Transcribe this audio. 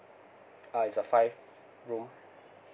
uh it's a five room